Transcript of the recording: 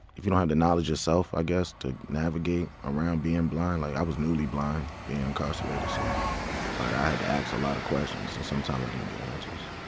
if you know had the knowledge yourself, i guess, to navigate around being blind, like i was newly blind being incarcerated, so i had to ask a lot of questions and sometimes i didn't get answers.